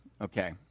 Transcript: Okay